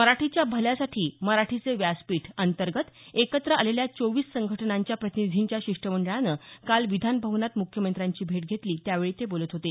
मराठीच्या भल्यासाठी मराठीचे व्यासपीठ अंतर्गत एकत्र आलेल्या चोवीस संघटनांच्या प्रतिनिधींच्या शिष्टमंडळाने काल विधान भवनात मुख्यमंत्र्यांची भेट घेतली त्यावेळी ते बोलत होते